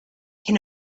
can